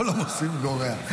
כל המוסיף גורע.